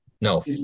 No